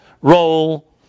role